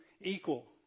equal